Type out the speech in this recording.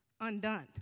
undone